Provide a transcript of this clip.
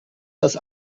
dass